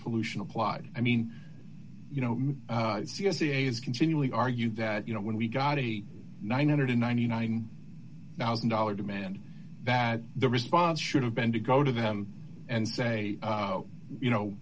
pollution applied i mean you know ca's continually argue that you know when we got a nine hundred and ninety nine thousand dollars demand that the response should have been to go to them and say you know